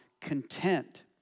content